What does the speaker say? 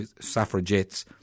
suffragettes